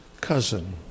cousin